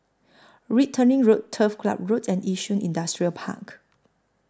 Wittering Road Turf Ciub Road and Yishun Industrial Park